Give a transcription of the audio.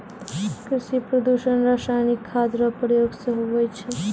कृषि प्रदूषण रसायनिक खाद रो प्रयोग से हुवै छै